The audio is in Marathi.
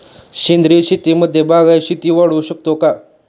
सेंद्रिय शेतीमध्ये बागायती शेती वाढवू शकतो का?